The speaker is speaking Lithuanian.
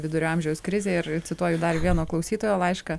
vidurio amžiaus krizei ir cituoju dar vieno klausytojo laišką